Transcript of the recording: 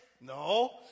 No